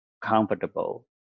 comfortable